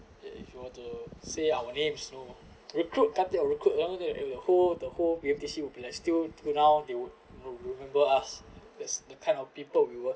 if you were to say our names you know recruit kartik or recruit down there the whole the whole B_M_T_C will be like still till now they would remember us that's the kind of people we were